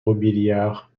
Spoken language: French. robiliard